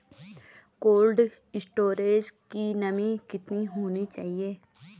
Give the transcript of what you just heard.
Cold storage की नमी कितनी होनी चाहिए?